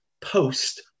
post